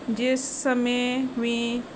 ਜਿਸ ਸਮੇਂ ਵੀ